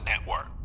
Network